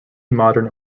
modern